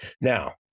Now